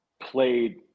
played